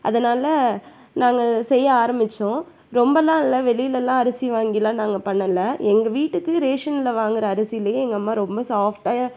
அதனால் நாங்கள் செய்ய ஆரம்பிச்சோம் ரொம்பலாம் இல்லை வெளியிலலாம் அரிசி வாங்கிலாம் நாங்கள் பண்ணல எங்கள் வீட்டுக்கு ரேஷனில் வாங்குற அரிசியிலயே எங்கள் அம்மா ரொம்ப சாஃப்ட்டாக